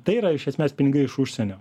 tai yra iš esmės pinigai iš užsienio